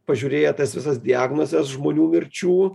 pažiūrėję tas visas diagnozes žmonių mirčių